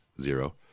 zero